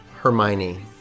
Hermione